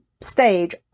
stage